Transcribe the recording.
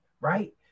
right